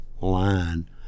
line